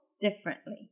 differently